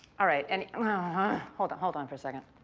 all right, and, and hold hold on for a second.